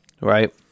right